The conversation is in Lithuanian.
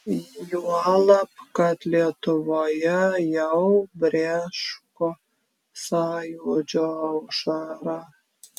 juolab kad lietuvoje jau brėško sąjūdžio aušra